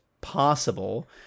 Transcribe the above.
possible